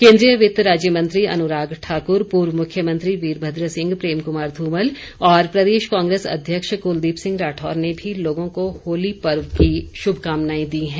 केन्द्रीय वित्त राज्य मंत्री अनुराग ठाकुर पूर्व मुख्यमंत्री वीरभद्र सिंह प्रेम कुमार धूमल और प्रदेश कांग्रेस अध्यक्ष कुलदीप सिंह राठौर ने भी लोगों को होली पर्व की शुभकामनाएं दी हैं